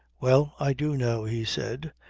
well, i do know, he said,